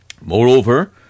Moreover